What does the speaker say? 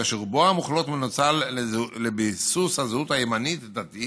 כאשר רובו המוחלט מנוצל לביסוס הזהות הימנית-דתית